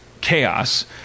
chaos